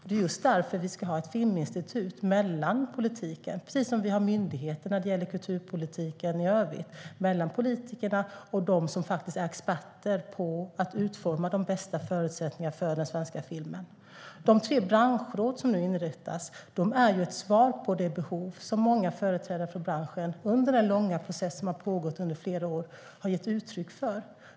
Det är just därför vi ska ha ett filminstitut mellan politikerna och dem som är experter på att utforma de bästa förutsättningarna för den svenska filmen, precis som vi har myndigheter när det gäller kulturpolitiken i övrigt. De tre branschråd som nu inrättas är ett svar på det behov som många företrädare för branschen har gett uttryck för under den långa process som har pågått under flera år.